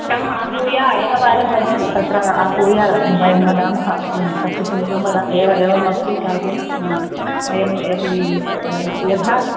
तम् आहूय एकवारं वयं तत्र आहूय वयं वदामः तस्य समीपं वदामः एव एवम् अस्ति कार्यं हा वयम् एवं यभा